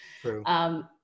True